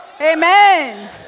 Amen